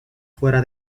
fuera